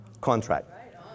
contract